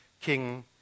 king